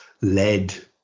led